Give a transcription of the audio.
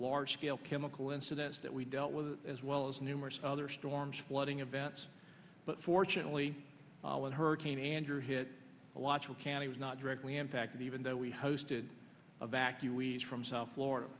large scale chemical incidents that we dealt with as well as numerous other storms flooding events but fortunately when hurricane andrew hit the logical candy was not directly impacted even though we hosted a vacuum weeds from south florida